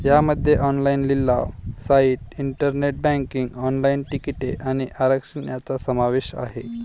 यामध्ये ऑनलाइन लिलाव site, internet banking, online तिकिटे आणि आरक्षण यांचा समावेश आहे